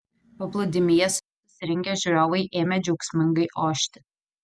paplūdimyje susirinkę žiūrovai ėmė džiaugsmingai ošti